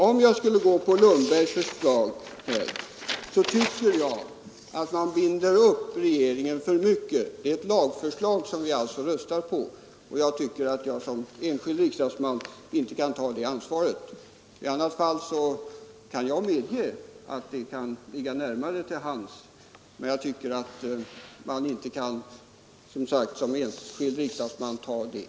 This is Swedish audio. Om vi går på herr Lundbergs förslag binder vi upp regeringen för mycket. Det är dock ett lagförslag vi då röstar för, och jag tycker inte att jag som enskild riksdagsman kan ta det ansvaret.